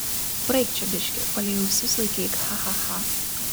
praeik čia biškį palei ausis laikyk cha cha cha